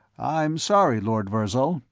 i'm sorry, lord virzal,